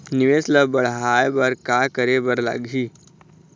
निवेश ला बड़हाए बर का करे बर लगही?